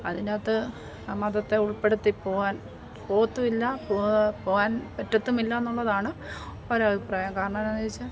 അതിനകത്ത് മതത്തെ ഉൾപ്പെടുത്തി പോകാൻ പോത്തുമില്ലാ പോവാൻ പറ്റത്തുമില്ല എന്നുള്ളതാണ് ഒരു അഭിപ്രായം കാരണം എന്താന്ന് വെച്ചാൽ